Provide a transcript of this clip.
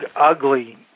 ugly